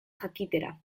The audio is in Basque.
jakitera